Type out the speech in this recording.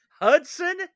Hudson